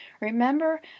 Remember